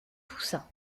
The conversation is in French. toussa